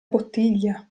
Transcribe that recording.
bottiglia